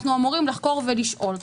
אנחנו אמורים לחקור ולשאול.